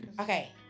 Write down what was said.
Okay